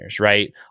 right